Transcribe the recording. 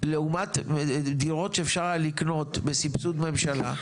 לעומת דירות שאפשר היה לקנות בסבסוד ממשלה,